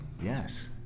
Yes